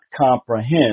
comprehend